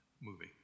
movie